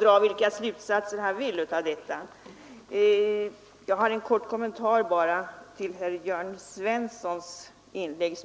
dra vilka slutsatser han vill av detta. Jag har bara en kort kommentar att ge till herr Jörn Svenssons inlägg.